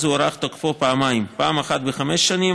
הוארך תוקפו פעמיים: פעם אחת בחמש שנים,